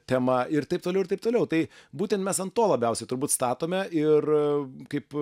temą ir taip toliau ir taip toliau tai būtent mes ant to labiausiai turbūt statome ir kaip